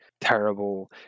terrible